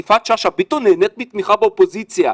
יפעת שאשא ביטון נהנית מתמיכה באופוזיציה.